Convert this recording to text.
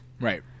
Right